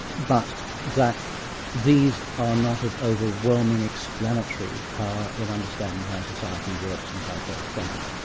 but that these are not of overwhelming explanatory power in understanding how society works and how it breaks down.